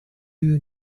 you